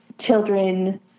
children